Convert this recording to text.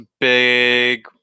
big